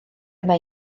mae